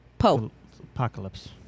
Apocalypse